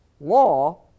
law